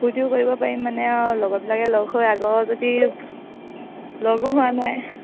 ফূৰ্তিও কৰিব পাৰিম মানে আৰু লগৰবিলাকে লগ হৈ আগৰ যদি লগো হোৱা নাই